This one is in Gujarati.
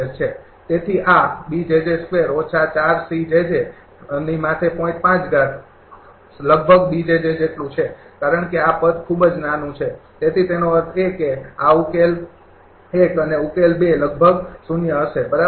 તેથી આ કારણ કે આ પદ ખૂબ જ નાનું છે તેથી તેનો અર્થ એ કે આ ઉકેલ એક અને ઉકેલ બે લગભગ 0 હશે બરાબર